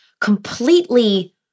completely